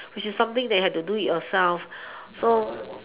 which is something that you have to do it yourself so